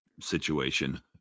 situation